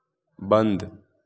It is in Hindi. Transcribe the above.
बंद